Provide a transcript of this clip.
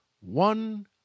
One